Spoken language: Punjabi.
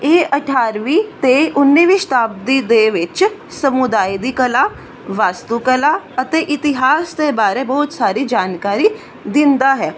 ਇਹ ਅਠਾਰਵੀਂ ਅਤੇ ਉੱਨੀਵੀਂ ਸ਼ਤਾਬਦੀ ਦੇ ਵਿੱਚ ਸਮੁਦਾਇ ਦੀ ਕਲਾ ਵਾਸਤੂ ਕਲਾ ਅਤੇ ਇਤਿਹਾਸ ਦੇ ਬਾਰੇ ਬਹੁਤ ਸਾਰੀ ਜਾਣਕਾਰੀ ਦਿੰਦਾ ਹੈ